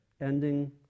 ending